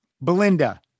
belinda